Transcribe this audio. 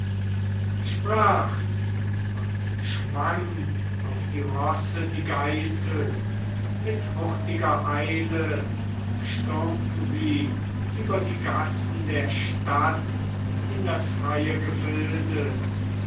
sprach's und schwang auf die rosse die geißel mit hurtiger eile stürmten sie über die gassen der stadt in das freie gefilde